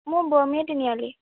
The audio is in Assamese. মোৰ তিনিআলি